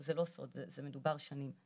זה לא סוד זה מדובר שנים,